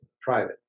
private